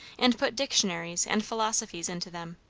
and put dictionaries and philosophies into them.